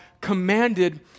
commanded